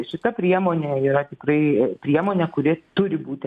šita priemonė yra tikrai priemonė kuri turi būti